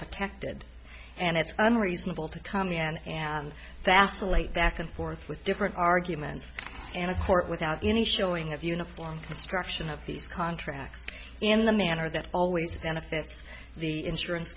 protected and it's unreasonable to come in and that's a late back and forth with different arguments and a court without any showing of uniform construction of these contracts in the manner that always benefits the insurance